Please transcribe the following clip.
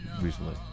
recently